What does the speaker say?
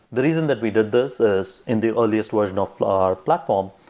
the reason that we did this is in the earliest version of our platform,